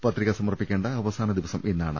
പത്രിക സമർപ്പി ക്കേണ്ട അവസാന ദിവസം ഇന്നാണ്